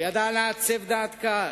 הוא ידע לעצב דעת קהל,